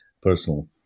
personal